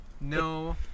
no